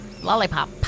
Lollipop